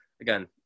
again